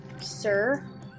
sir